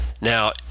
Now